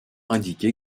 indiqué